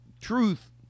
truth